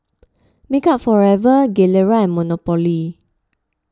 Makeup Forever Gilera and Monopoly